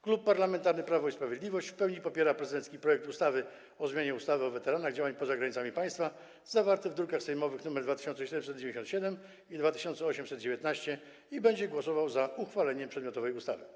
Klub Parlamentarny Prawo i Sprawiedliwość w pełni popiera prezydencki projekt ustawy o zmianie ustawy o weteranach działań poza granicami państwa zawarty w drukach sejmowych nr 2797 i 2819 i będzie głosował za uchwaleniem przedmiotowej ustawy.